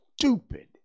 stupid